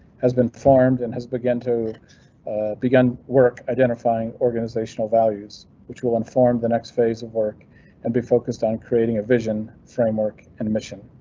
has been formed and has begun to begin work, identifying organizational values which will inform the next phase of work and be focused on creating a vision framework and mission.